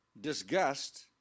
disgust